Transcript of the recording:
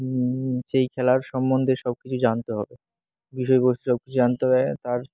সেই খেলার সম্বন্ধে সব কিছু জানতে হবে বিষয়বস্তু সব কিছু জানতে হবে তার